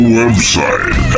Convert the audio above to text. website